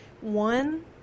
one